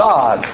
God